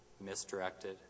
misdirected